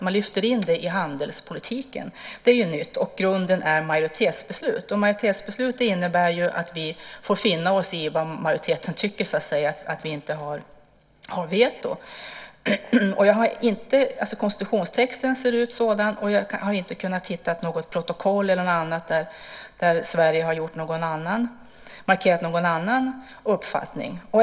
De lyfts in i handelspolitiken. Det är nytt. Grunden är majoritetsbeslut. Majoritetsbeslut innebär att vi får finna oss i vad majoriteten tycker. Texten till konstitutionen ser så ut, och jag har inte kunnat hitta något protokoll eller något annat där Sverige har markerat någon annan uppfattning.